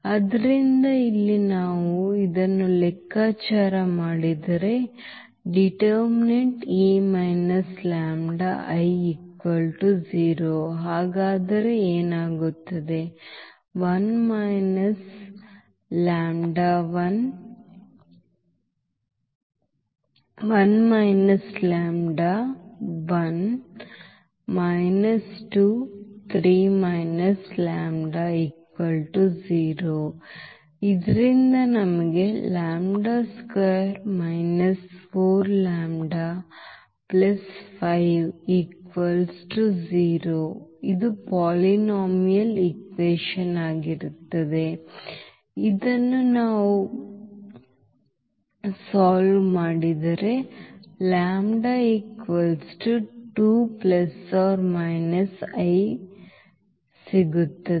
ಆದ್ದರಿಂದ ಇಲ್ಲಿ ನಾವು ಇದನ್ನು ಲೆಕ್ಕಾಚಾರ ಮಾಡಿದರೆ ಹಾಗಾದರೆ ಏನಾಗುತ್ತದೆ